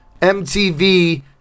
MTV